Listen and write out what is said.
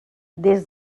des